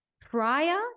prior